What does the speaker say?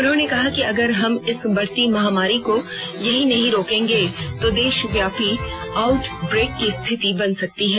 उन्होंने कहा कि अगर हम इस बढ़ती महामारी को यहीं नहीं रोकेंगे तो देशव्यापी आउटब्रेक की स्थिति बन सकती है